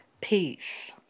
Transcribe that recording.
Peace